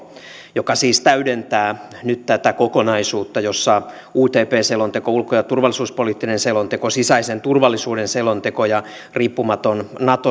joka siis täydentää nyt tätä kokonaisuutta jossa utp selonteko ulko ja turvallisuuspoliittinen selonteko sisäisen turvallisuuden selonteko ja riippumaton nato